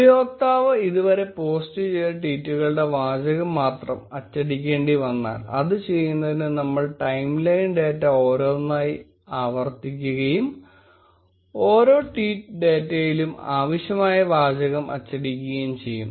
ഉപയോക്താവ് ഇതുവരെ പോസ്റ്റുചെയ്ത ട്വീറ്റുകളുടെ വാചകം മാത്രം അച്ചടിക്കേണ്ടി വന്നാൽ അത് ചെയ്യുന്നതിന് നമ്മൾ ടൈംലൈൻ ഡാറ്റ ഓരോന്നായി ആവർത്തിക്കുകയും ഓരോ ട്വീറ്റ് ഡാറ്റയിലും ലഭ്യമായ വാചകം അച്ചടിക്കുകയും ചെയ്യും